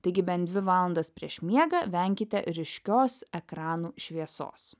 taigi bent dvi valandas prieš miegą venkite ryškios ekranų šviesos